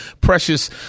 precious